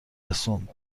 رسوند